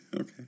okay